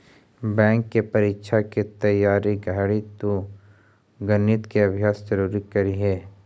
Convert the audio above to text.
bank के परीक्षा के तइयारी घड़ी तु गणित के अभ्यास जरूर करीह